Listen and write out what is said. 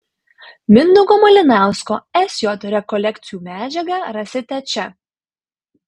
mindaugo malinausko sj rekolekcijų medžiagą rasite čia